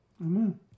Amen